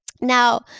now